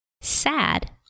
sad